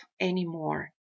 anymore